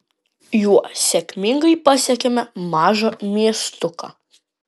juo sėkmingai pasiekėme mažą miestuką